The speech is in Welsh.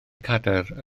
cadair